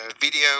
video